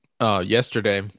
yesterday